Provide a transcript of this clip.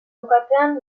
bukatzean